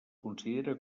considera